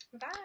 Bye